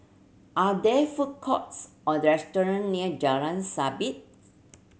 are there food courts or restaurant near Jalan Sabit